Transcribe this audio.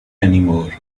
anymore